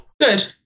good